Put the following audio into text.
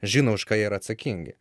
žino už ką yra atsakingi